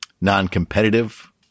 non-competitive